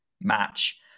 match